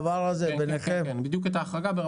בדיוק את ההחרגה.